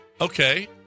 Okay